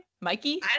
mikey